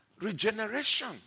regeneration